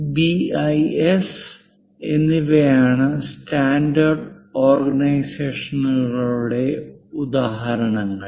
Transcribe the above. S ISO AISI SAE ASTM ASME ANSI BIS എന്നിവയാണ് standard ഓർഗനൈസേഷനുകളുടെ ഉദാഹരണങ്ങൾ